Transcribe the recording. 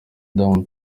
diamond